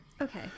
Okay